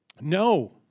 No